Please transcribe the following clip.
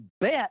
bet